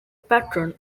patron